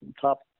top